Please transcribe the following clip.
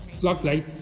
Luckily